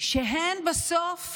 שהן בסוף